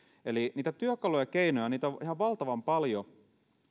eli niitä työkaluja ja keinoja on ihan valtavan paljon